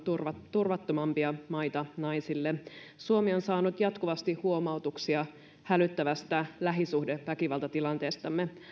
turvattomimpia maita naisille suomi on saanut jatkuvasti huomautuksia hälyttävästä lähisuhdeväkivaltatilanteestamme